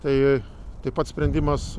tai taip pat sprendimas